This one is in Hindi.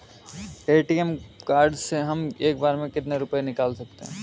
ए.टी.एम कार्ड से हम एक बार में कितने रुपये निकाल सकते हैं?